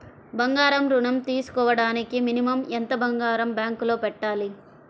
బంగారం ఋణం తీసుకోవడానికి మినిమం ఎంత బంగారం బ్యాంకులో పెట్టాలి?